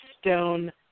stone